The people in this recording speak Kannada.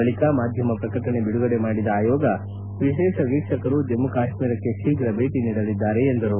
ಬಳಕ ಮಾಧ್ಯಮ ಪ್ರಕಟಣೆ ಬಿಡುಗಡೆ ಮಾಡಿದ ಆಯೋಗ ವಿಶೇಷ ವೀಕ್ಷಕರು ಜಮ್ನು ಕಾತ್ನೀರಕ್ಕೆ ಶೀಘ ಭೇಟಿ ನೀಡಲಿದ್ದಾರೆ ಎಂದರು